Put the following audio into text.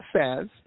says